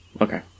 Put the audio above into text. Okay